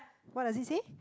what does it say